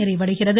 நிறைவடைகிறது